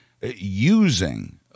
using